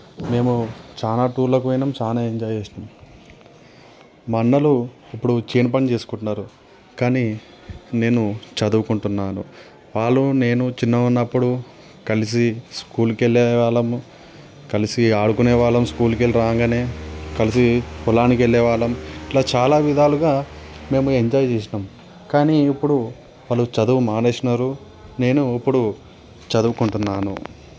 మేము చాలా టూర్లకి పోయినాము చాలా ఎంజాయ్ చేసినాము మా అన్నలు ఇప్పుడు చేను పని చేసుకుంటున్నారు కానీ నేను చదువుకుంటున్నాను వాళ్ళు నేను చిన్నగా ఉన్నప్పుడు కలిసి స్కూల్కి వెళ్ళే వాళ్ళము కలిసి ఆడుకునేవాళ్ళము స్కూల్కి వెళ్ళి రాగానే కలిసి పొలానికి వెళ్ళే వాళ్ళము ఇట్లా చాలా విధాలుగా మేము ఎంజాయ్ చేసినాము కానీ ఇప్పుడు వాళ్ళు చదువు మానేసారు నేను ఇప్పుడు చదువుకుంటున్నాను